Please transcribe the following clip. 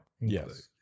Yes